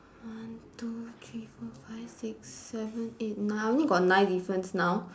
one two three four five six seven eight nine I only got nine difference now